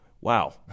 wow